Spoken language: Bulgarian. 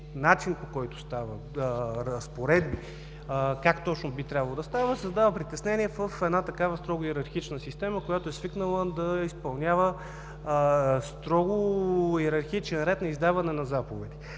ясно записани разпоредби как точно би трябвало да става, създава притеснение в една такава строго йерархична система, която е свикнала да изпълнява йерархичен ред на издаване на заповеди.